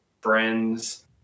friends